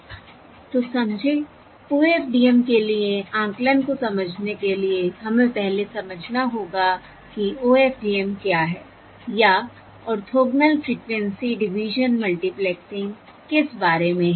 तो समझे OFDM के लिए आकलन को समझने के लिए हमें पहले समझना होगा कि OFDM क्या है या ऑर्थोगोनल फ्रिक्वेंसी डिवीजन मल्टीप्लेक्सिंग किस बारे में है